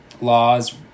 laws